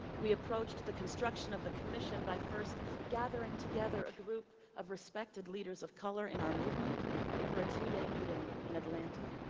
we approached the construction of the commission by first gathering together a group of respected leaders of color in our movement for a two day meeting in atlanta.